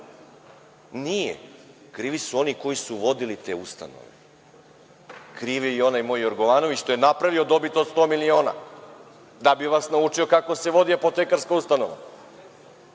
Nije, krivi su ono koji su vodili te ustanove. Kriv je i onaj moj Jorgovanović što je napravio dobit od 100 miliona da bi vas naučio kako se vodi apotekarska ustanova.